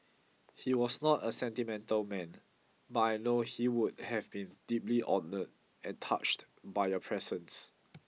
he was not a sentimental man but I know he would have been deeply honoured and touched by your presence